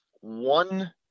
one